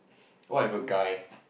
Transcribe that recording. what if a guy